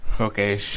Okay